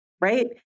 Right